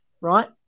right